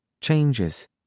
changes